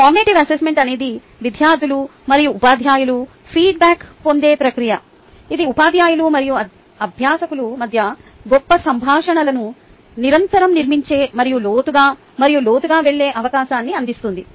formative assessment అనేది విద్యార్థులు మరియు ఉపాధ్యాయులు ఫీడ్బ్యాక్ పొందే ఒక ప్రక్రియ ఇది ఉపాధ్యాయులు మరియు అభ్యాసకుల మధ్య గొప్ప సంభాషణలను నిరంతరం నిర్మించే మరియు లోతుగా మరియు లోతుగా వెళ్ళే అవకాశాన్ని అందిస్తుంది